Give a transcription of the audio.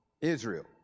Israel